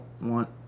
want